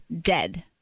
dead